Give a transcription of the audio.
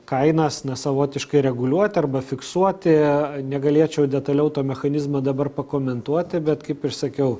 kainas savotiškai reguliuoti arba fiksuoti negalėčiau detaliau to mechanizmo dabar pakomentuoti bet kaip ir sakiau